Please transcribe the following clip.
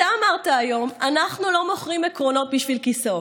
אתה אמרת היום: אנחנו לא מוכרים עקרונות בשביל כיסאות.